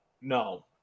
no